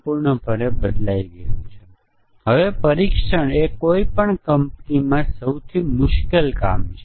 આપણે જાણીએ છીએ કે યુનિટ ટેસ્ટીંગ કરીને આપણે ત્યાં મોટાભાગની ભૂલો દૂર કરી છે